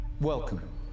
Welcome